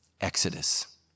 Exodus